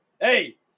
Hey